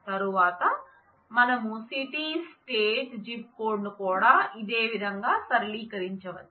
తరువాత మనం city state zip కోడ్ను కూడా ఇదే విదంగా సరళీకరించవచ్చు